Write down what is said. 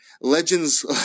legends